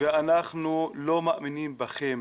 ואנחנו לא מאמינים בכם